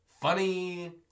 funny